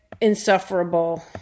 insufferable